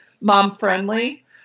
mom-friendly